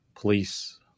police